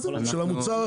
של המוצר הסופי.